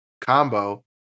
combo